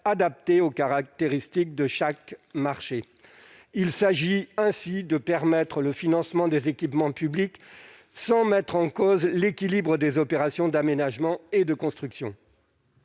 adaptés aux caractéristiques de chaque marché, il s'agit ainsi de permettre le financement des équipements publics, sans mettre en cause l'équilibre des opérations d'aménagement et de construction.